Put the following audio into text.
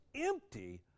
empty